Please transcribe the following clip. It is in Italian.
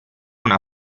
una